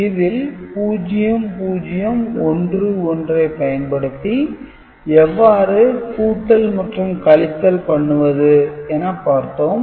இதில் 0011 ஐ பயன்படுத்தி எவ்வாறு கூட்டல் மற்றும் கழித்தல் பண்ணுவது எனப் பார்த்தோம்